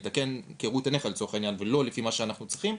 מתקן כראות עיניך ולא לפי מה שאנחנו צריכים,